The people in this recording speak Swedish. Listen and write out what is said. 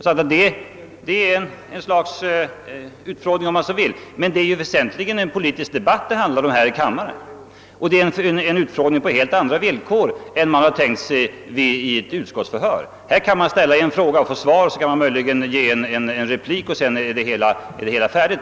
Detta institut är ett slags utfrågning. Men det är en frågerond i den politiska debattens form. Det är också en utfrågning på helt andra villkor än vad som är tänkt för ett utskottsförhör. Här kan man ställa en fråga och få svar på den. Sedan kan man möjligen ge en replik, varpå det hela är över.